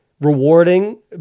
rewarding